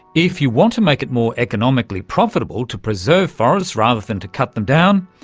if you want to make it more economically profitable to preserve forests rather than to cut them down,